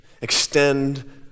extend